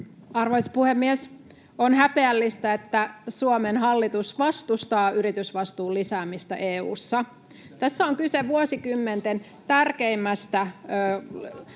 Arvoisa puhemies! On häpeällistä, että Suomen hallitus vastustaa yritysvastuun lisäämistä EU:ssa. Tässä on kyse vuosikymmenen tärkeimmästä